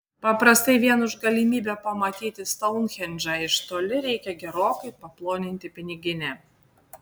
paprastai vien už galimybę pamatyti stounhendžą iš toli reikia gerokai paploninti piniginę